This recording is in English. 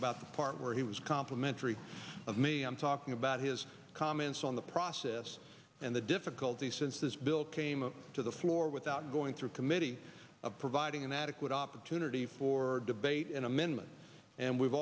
about the part where he was complimentary of me i'm talking about his comments on the assess and the difficulty since this bill came to the floor without going through committee of providing an adequate opportunity for debate and amendment and we've